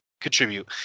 contribute